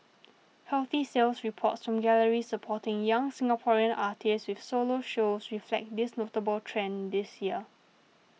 healthy sales reports from galleries supporting young Singaporean artists with solo shows reflect this notable trend this year